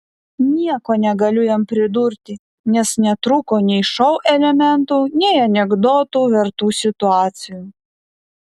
nieko negaliu jam pridurti nes netrūko nei šou elementų nei anekdotų vertų situacijų